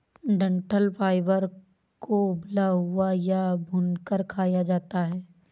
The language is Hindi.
डंठल फाइबर को उबला हुआ या भूनकर खाया जाता है